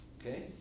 Okay